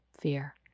fear